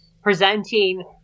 presenting